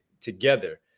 together